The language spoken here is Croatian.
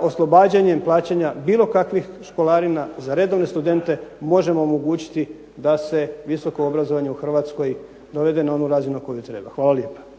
oslobađanjem plaćanja bilo kakvih školarina za redovne studente možemo omogućiti da se visoko obrazovanje u Hrvatskoj dovede na onu razinu na koju treba. Hvala lijepa.